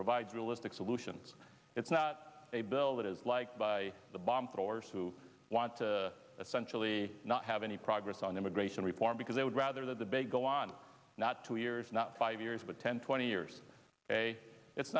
provides realistic solutions it's not a bill that is liked by the bomb throwers who want to essentially not have any progress on immigration reform because they would rather that the big go on not two years not five years but ten twenty years a it's